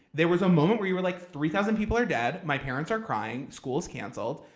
there was a moment where you were like, three thousand people are dead. my parents are crying. school's canceled.